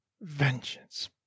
vengeance